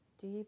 deep